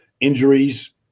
injuries